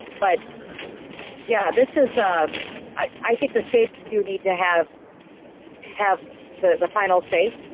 but yeah this is ah i think the states do need to have have the the final say,